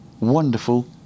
wonderful